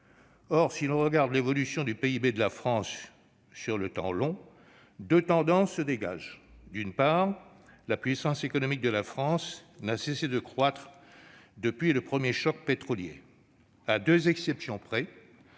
Or, si l'on regarde l'évolution du PIB sur le temps long, deux tendances se dégagent. D'une part, la puissance économique de la France n'a cessé de croître depuis le premier choc pétrolier, à deux exceptions près